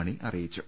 മണി അറിയിച്ചു